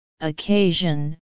occasion